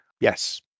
Yes